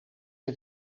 een